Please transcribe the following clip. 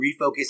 refocus